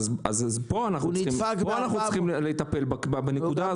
אז פה אנחנו צריכים לטפל, בנקודה הזאת.